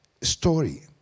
story